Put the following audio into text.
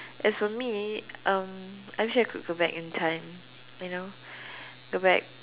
as for me um I wish I could go back in time you know go back